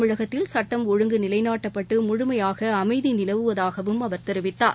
தமிழகத்தில் சட்டம் ஒழுங்கு நிலைநாட்டப்பட்டு முழுமையாக அமைதி நிலவுவதாகவும் அவர் தெரிவித்தார்